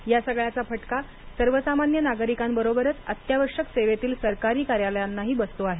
या सगळ्याचा फटका सर्वसामान्य नागरिकांबरोबरच अत्यावश्यक सेवेतील सरकारी कार्यालयांनाही बसतो आहे